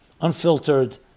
unfiltered